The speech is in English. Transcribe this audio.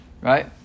right